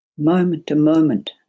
moment-to-moment